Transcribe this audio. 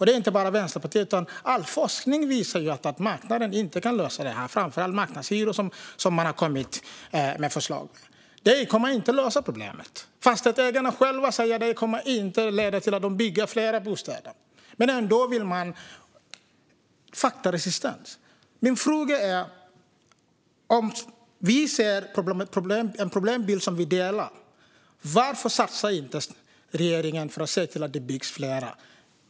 Det är inte bara Vänsterpartiet som tycker så. All forskning visar att marknaden inte kan lösa detta. Det gäller framför allt marknadshyror, som det nu har kommit förslag om. Det kommer inte att lösa problemet. Fastighetsägarna själva säger att det inte kommer att leda till att de bygger fler bostäder. Det verkar handla om faktaresistens. Vi verkar dela problembilden, men varför satsar regeringen inte för att se till att det byggs mer?